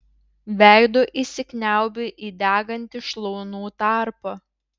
veidu įsikniaubiu į degantį šlaunų tarpą